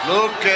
Look